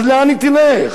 אז לאן היא תלך?